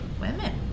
women